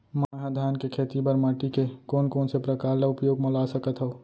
मै ह धान के खेती बर माटी के कोन कोन से प्रकार ला उपयोग मा ला सकत हव?